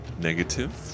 negative